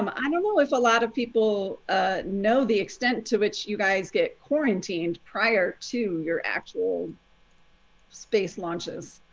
um i don't know if a lot of people ah know the extent to which you guys get quarantined prior to your actual space launches.